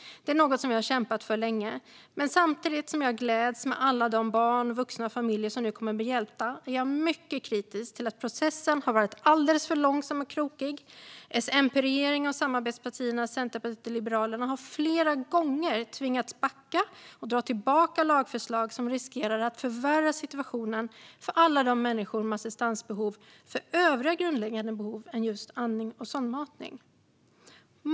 Det är något vi har kämpat för länge. Men samtidigt som jag gläds med alla de barn, vuxna och familjer som nu kommer att bli hjälpta är jag mycket kritisk till att processen har varit alldeles för långsam och krokig. S-MP-regeringen och samarbetspartierna Centerpartiet och Liberalerna har flera gånger tvingats backa och dra tillbaka lagförslag som riskerade att förvärra situationen för människor med assistansbehov när det gäller andra grundläggande behov än just andning och sondmatning.